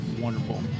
wonderful